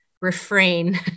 refrain